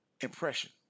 impression